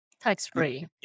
Tax-free